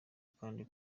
kandi